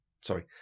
Sorry